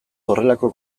horrelako